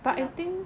but